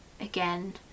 again